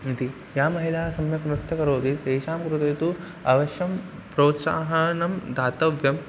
इति या महिला सम्यक् नृत्यं करोति तेषां कृते तु अवश्यं प्रोत्साहनं दातव्यम्